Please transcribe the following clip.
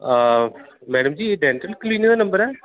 madam ji एह् dental clinic दा number ऐ